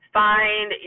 find